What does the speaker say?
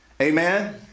Amen